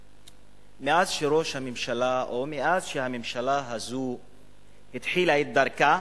מאז שראש הממשלה או מאז התחילה הממשלה הזו את דרכה,